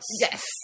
Yes